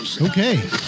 Okay